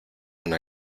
una